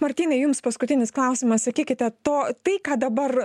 martynai jums paskutinis klausimas sakykite to tai ką dabar